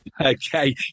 Okay